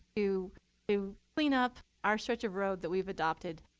to clean up our stretch of road that we've adopted.